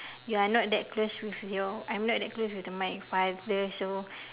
you're not that close with your I'm not that close with my father so